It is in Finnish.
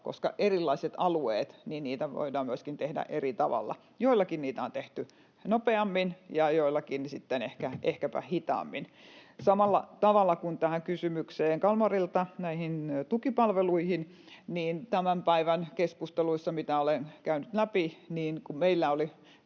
koska erilaisilla alueilla niitä voidaan myöskin tehdä eri tavalla. Joillakin niitä on tehty nopeammin ja joillakin sitten ehkäpä hitaammin. Samalla tavalla tämä kysymys Kalmarilta näistä tukipalveluista: kun tämän päivän keskusteluissa olen tätä käynyt läpi,